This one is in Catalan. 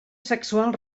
sexual